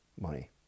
money